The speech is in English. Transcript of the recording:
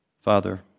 Father